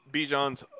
Bijan's